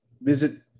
visit